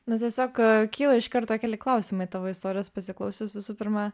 na tiesiog kyla iš karto keli klausimai tavo istorijos pasiklausius visų pirma